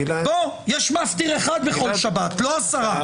בוא, יש מפטיר אחד בכל שבת, לא עשרה.